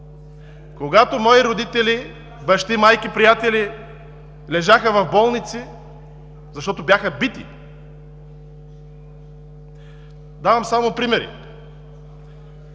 когато мои родители, бащи, майки, приятели, лежаха в болници, защото бяха бити? Давам само примери.